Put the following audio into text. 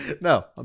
No